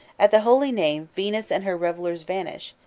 at the holy name venus and her revellers vanish,